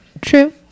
True